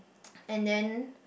and then